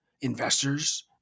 investors